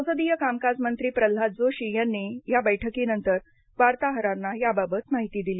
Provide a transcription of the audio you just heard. संसदीय कामकाज मंत्री प्रह्नाद जोशी यांनी या बैठकीनंतर वार्ताहरांना याबाबत माहिती दिली